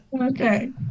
Okay